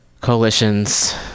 coalitions